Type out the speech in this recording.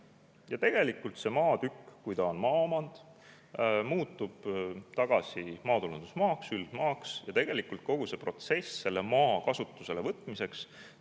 langeb ära. See maatükk, kui see on maaomand, muutub tagasi maatulundusmaaks, üldmaaks ja tegelikult kogu protsess selle maa kasutusele võtmiseks